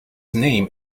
name